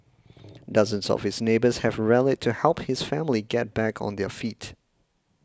dozens of his neighbours have rallied to help his family get back on their feet